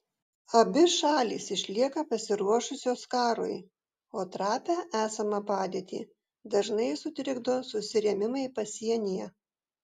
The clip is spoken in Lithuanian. abi šalys išlieka pasiruošusios karui o trapią esamą padėtį dažnai sutrikdo susirėmimai pasienyje